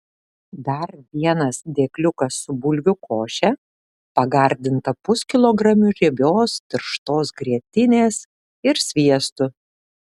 dar vienas dėkliukas su bulvių koše pagardinta puskilogramiu riebios tirštos grietinės ir sviestu